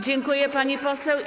Dziękuję, pani poseł.